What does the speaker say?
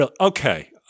Okay